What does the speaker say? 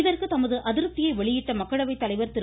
இதற்கு தமது அதிருப்தியை வெளியிட்ட மக்களவைத் தலைவர் திரு